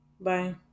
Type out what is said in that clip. Bye